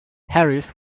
harris